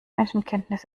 menschenkenntnis